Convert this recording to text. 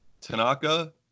Tanaka